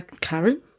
Karen